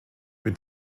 mit